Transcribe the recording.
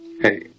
Hey